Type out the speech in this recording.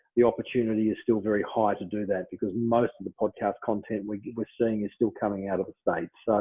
the opportunity is still very high to do that because most of the podcast content we're we're seeing is still coming out of the stage. so